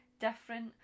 different